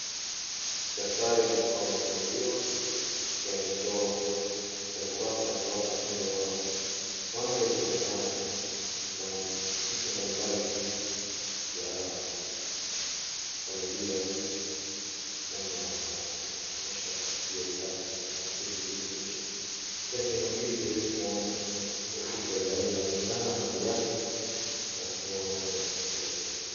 Ni daftari ambalo limefunguliwa ikiwa ni michoro katika ukurasa wa kwanza upande wa kwanza ikionekana na picha mbalimbali za familia namna wanavyoonyesha juu ya usafi ama wanavyojirekebisha. Ikiwa sehemu ya pili vilevile tunaona picha za aina ya vichana na viatu na sehemu ya.